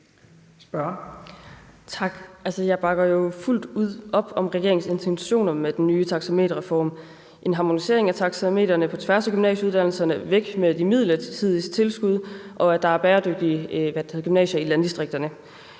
Tak. Jeg bakker fuldt ud op om regeringens intentioner med den nye taxameterreform: at lave en harmonisering af taxametrene på tværs af gymnasieuddannelserne, at de midlertidige tilskud skal væk, og at der er bæredygtige gymnasier i landdistrikterne.